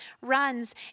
runs